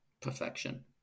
perfection